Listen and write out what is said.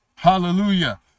Hallelujah